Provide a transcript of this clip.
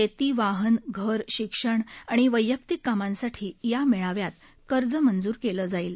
शेती वाहन घर शिक्षण आणि वयैक्ति कामांसाठी या मेळाव्यात कर्ज मंजूर केलं जाईल